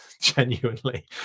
genuinely